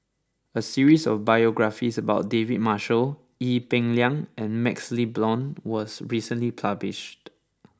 a series of biographies about David Marshall Ee Peng Liang and Maxle Blond was recently published